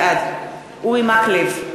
בעד אורי מקלב,